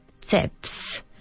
tips